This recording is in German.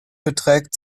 beträgt